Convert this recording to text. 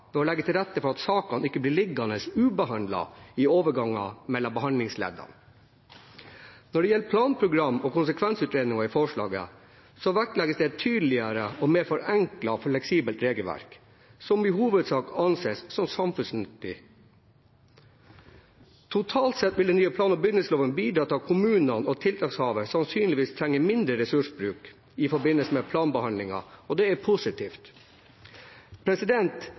legge til rette for at sakene ikke blir liggende ubehandlet i overgangen mellom behandlingsleddene. Når det gjelder planprogram og konsekvensutredninger av forslaget, vektlegges det et tydeligere og mer forenklet og fleksibelt regelverk som i hovedsak anses som samfunnsnyttig. Totalt sett vil den nye plan- og bygningsloven bidra til at kommunene og tiltakshaverne sannsynligvis trenger mindre ressursbruk i forbindelse med planbehandlinger, og det er positivt.